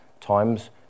Time's